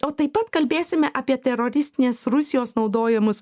o taip pat kalbėsime apie teroristinės rusijos naudojamus